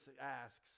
asks